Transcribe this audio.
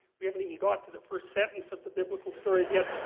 we haven't even gotten to the first sentence of the biblical stories yet.